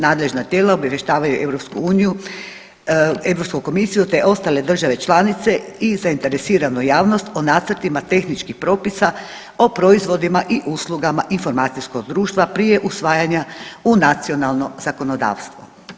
Nadležna tijela obavještavaju EU, EU komisiju te ostale države članice i zainteresiranu javnost o nacrtima tehničkih propisa o proizvodima i uslugama informacijskog društva prije usvajanja u nacionalno zakonodavstvo.